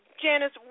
Janice